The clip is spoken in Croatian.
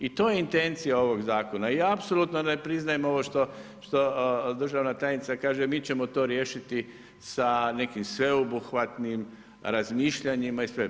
I to je intencija ovog zakona i apsolutno ne priznajem ovo što državna tajnica kaže, mi ćemo to riješiti sa nekim sveobuhvatnim razmišljanjima i sve.